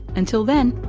until then,